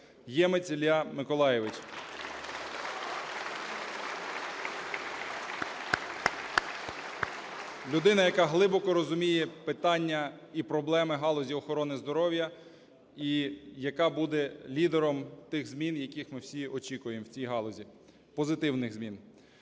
Ємець Ілля Миколайович (Оплески) Людина, яка глибоко розуміє питання і проблеми галузі охорони здоров'я і яка буде лідером тих змін, яких ми всі очікуємо в цій галузі, позитивних змін.